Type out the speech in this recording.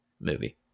movie